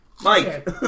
Mike